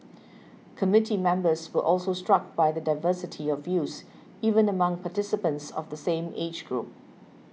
committee members were also struck by the diversity of views even among participants of the same age group